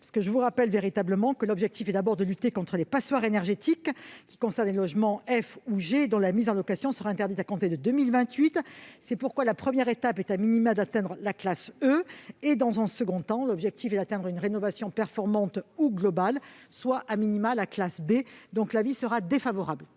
rejeté. Je vous rappelle que l'objectif est d'abord de lutter contre les passoires énergétiques, qui sont des logements de catégorie F ou G, dont la mise en location sera interdite à compter de 2028. C'est pourquoi la première étape est d'atteindre la classe E. Dans un second temps, l'objectif est d'atteindre une rénovation performante ou globale, soit la classe B. L'avis est donc défavorable.